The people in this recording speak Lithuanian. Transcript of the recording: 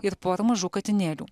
ir pora mažų katinėlių